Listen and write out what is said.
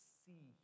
see